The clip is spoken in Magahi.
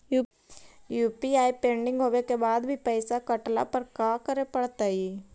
यु.पी.आई पेंडिंग होवे के बाद भी पैसा कटला पर का करे पड़तई?